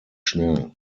schnell